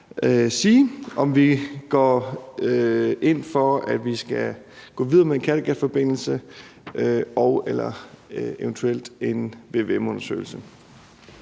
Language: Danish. sige, om vi går ind for, at vi skal gå videre med en Kattegatforbindelse og en eventuel vvm-undersøgelse.